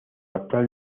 actual